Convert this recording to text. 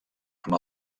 amb